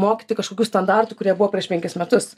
mokyti kažkokių standartų kurie buvo prieš penkis metus